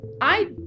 I-